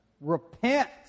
repent